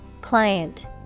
Client